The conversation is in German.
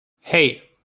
hei